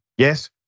Yes